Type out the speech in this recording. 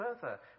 further